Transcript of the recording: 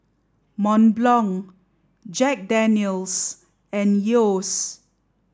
Mont Blanc Jack Daniel's and Yeo's